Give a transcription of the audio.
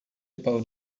about